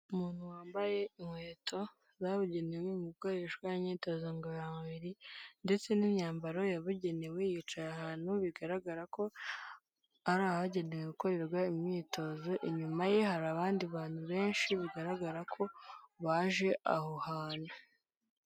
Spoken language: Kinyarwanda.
Umuntu wambaye inkweto zabugenewe mu gukoreshwa imyitozo ngororamubiri ndetse n'imyambaro yabugenewe. Yicaye ahantu bigaragara ko ari ahagenewe gukorerwa imyitozo, inyuma ye hari abandi bantu benshi bigaragara ko baje aho hantu.